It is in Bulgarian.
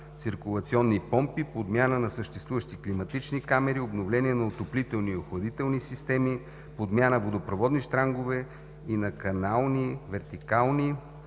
циркулационни помпи; подмяна на съществуващи климатични камери; обновление на отоплителни и охладителни системи; подмяна на водопроводни щрангове; на канални, вертикални;